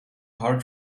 hard